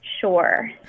Sure